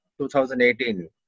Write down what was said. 2018